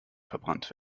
verbrannt